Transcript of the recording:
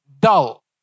dull